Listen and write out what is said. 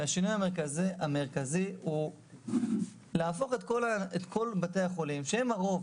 השינוי המרכזי הוא להפוך את כל בתי החולים שעומדים בתקציבם - שהם הרוב,